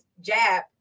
jab